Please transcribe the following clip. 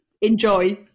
Enjoy